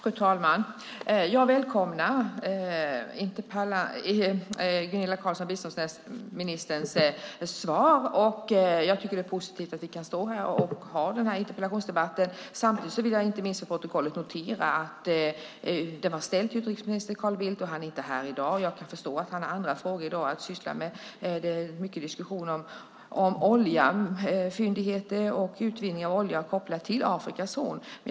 Fru talman! Jag välkomnar biståndsminister Gunilla Carlssons svar. Jag tycker att det är positivt att vi kan stå här och ha interpellationsdebatten. Samtidigt vill jag inte minst för protokollet notera att interpellationen var ställd till utrikesminister Carl Bildt, och han är inte här i dag. Jag kan förstå att han i dag har andra frågor att syssla med. Det handlar mycket om oljan, oljefyndigheter och utvinning av olja kopplat till Afrikas horn.